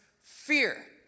fear